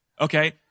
Okay